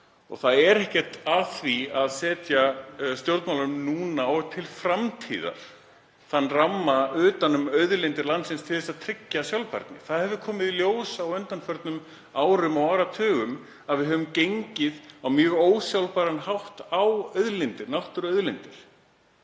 Það er ekkert að því að setja stjórnmálunum nú og til framtíðar þann ramma utan um auðlindir landsins til að tryggja sjálfbærni. Það hefur komið í ljós á undanförnum árum og áratugum að við höfum gengið á mjög ósjálfbæran hátt á auðlindir, náttúruauðlindir,